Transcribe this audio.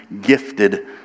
gifted